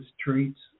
treats